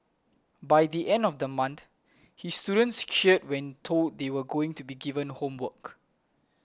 by the end of the month his students cheered when told that they were going to be given homework